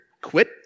quit